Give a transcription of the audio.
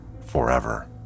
forever